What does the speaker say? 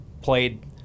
played